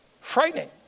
frightening